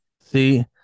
See